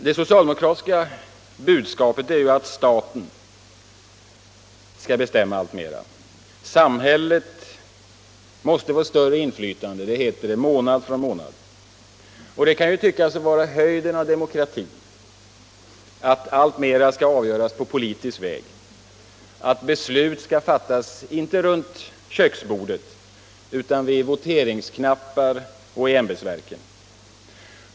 Det socialdemokratiska budskapet är ju att staten skall bestämma alltmera. Samhället måste få större inflytande, heter det månad efter månad. Det kan tyckas vara höjden av demokrati att alltmera skall avgöras på politisk väg, att beslut skall fattas inte runt köksbordet utan vid voteringsknappar och i ämbetsverken.